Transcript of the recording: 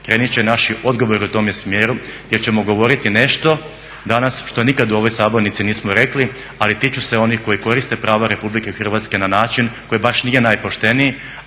krenuti će i naši odgovoriti u tome smjeru gdje ćemo govoriti nešto danas što nikada u ovoj sabornici nismo rekli ali tiču se onih koji koriste prava Republike Hrvatske na način koji baš nije najpošteniji